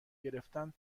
گرفتن